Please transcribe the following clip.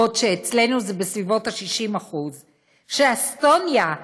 בעוד אצלנו זה בסביבות 60%; אסטוניה,